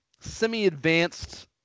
semi-advanced